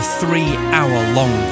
three-hour-long